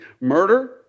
Murder